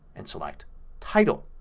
and select title.